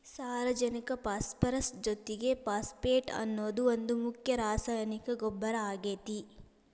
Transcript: ಸಾರಜನಕ ಪಾಸ್ಪರಸ್ ಜೊತಿಗೆ ಫಾಸ್ಫೇಟ್ ಅನ್ನೋದು ಒಂದ್ ಮುಖ್ಯ ರಾಸಾಯನಿಕ ಗೊಬ್ಬರ ಆಗೇತಿ